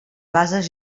bases